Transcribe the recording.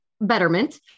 betterment